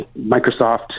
Microsoft